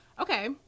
Okay